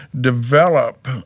develop